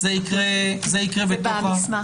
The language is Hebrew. הישיבה ננעלה בשעה